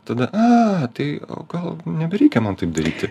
tada a tai gal nebereikia man taip daryti